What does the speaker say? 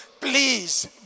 Please